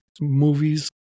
movies